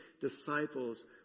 disciples